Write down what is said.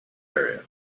area